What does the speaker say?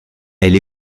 elle